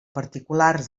particulars